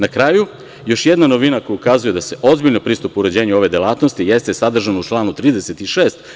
Na kraju, još jedna novina koja ukazuje da se ozbiljno pristupa uređenju ove delatnosti jeste sadržana u članu 36.